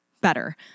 better